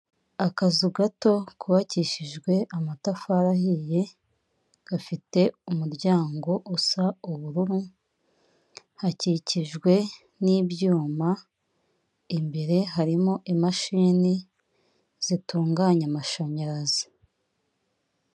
Akazu gato kubakishijwe amatafari ahiye gafite umuryango usa ubururu hakikijwe n'ibyuma imbere harimo imashini zitunganya amashanyarazi.